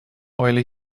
oily